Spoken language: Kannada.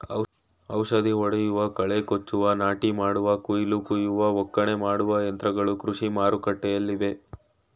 ಔಷಧಿ ಹೊಡೆಯುವ, ಕಳೆ ಕೊಚ್ಚುವ, ನಾಟಿ ಮಾಡುವ, ಕುಯಿಲು ಕುಯ್ಯುವ, ಒಕ್ಕಣೆ ಮಾಡುವ ಯಂತ್ರಗಳು ಕೃಷಿ ಮಾರುಕಟ್ಟೆಲ್ಲಿವೆ